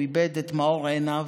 הוא איבד את מאור עיניו.